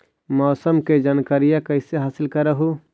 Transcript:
मौसमा के जनकरिया कैसे हासिल कर हू?